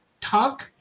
talk